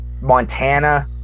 Montana